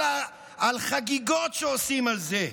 אלא על חגיגות שעושים על זה.